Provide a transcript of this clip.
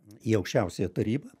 į aukščiausiąją tarybą